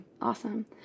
awesome